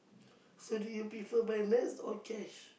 so do you prefer by Nets or cash